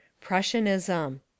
prussianism